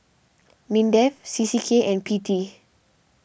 Mindef C C K and P T